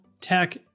tech